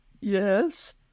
yes